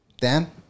Dan